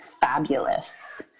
fabulous